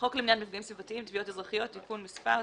חוק למניעת מפגעים סביבתיים (תביעות אזרחיות) (תיקון מס׳ ...),